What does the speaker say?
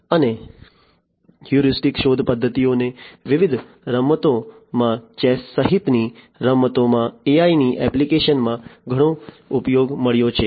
અને હ્યુરિસ્ટિક શોધ પદ્ધતિઓને વિવિધ રમતોમાં ચેસ સહિતની રમતોમાં AI ની એપ્લિકેશન માં ઘણો ઉપયોગ મળ્યો છે